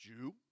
Jew